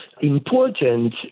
important